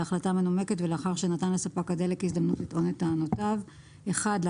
בהחלטה מנומקת ולאחר שנתן לספק הדלק הזדמנות לטעון את טענותיו - להתלות